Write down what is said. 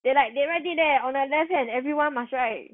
then like they write it there on their left hand everyone must write